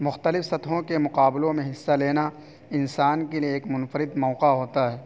مختلف سطحوں کے مقابلوں میں حصہ لینا انسان کے لیے ایک منفرد موقع ہوتا ہے